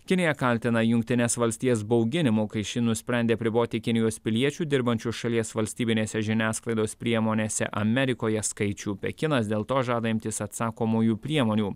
kinija kaltina jungtines valstijas bauginimu kai ši nusprendė apriboti kinijos piliečių dirbančių šalies valstybinėse žiniasklaidos priemonėse amerikoje skaičių pekinas dėl to žada imtis atsakomųjų priemonių